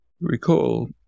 recall